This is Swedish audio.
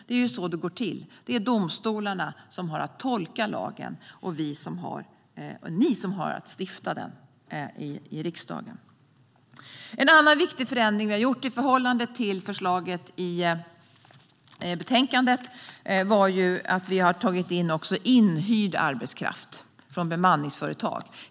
Det är så det går till; det är domstolarna som har att tolka lagen och ni i riksdagen som har att stifta den. En annan viktig förändring vi har gjort i förhållande till förslaget i betänkandet är att ta med även inhyrd arbetskraft från bemanningsföretag.